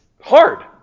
hard